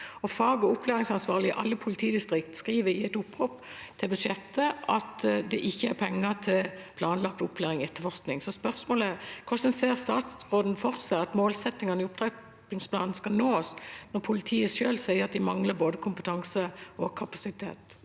Fag- og opplæringsansvarlige i alle politidistrikter skriver i et opprop til budsjettet at det ikke er penger til planlagt opplæring i etterforskning. Spørsmålet er: Hvordan ser statsråden for seg at målsettingene i opptrappingsplanen skal nås når politiet selv sier at de mangler både kompetanse og kapasitet?